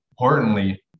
Importantly